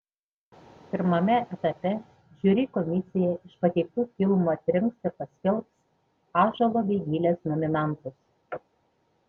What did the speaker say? pirmame etape žiuri komisija iš pateiktų filmų atrinks ir paskelbs ąžuolo bei gilės nominantus